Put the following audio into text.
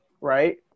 right